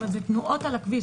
אבל זה תנועות על הכביש.